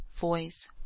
Voice